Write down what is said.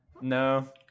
No